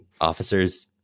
officers